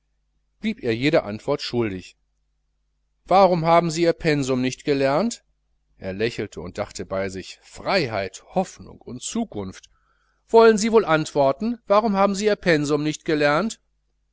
blieb er jede antwort schuldig warum haben sie ihr pensum nicht gelernt er lächelte und dachte bei sich freiheit hoffnung und zukunft wollen sie wohl antworten warum haben sie ihr pensum nicht gelernt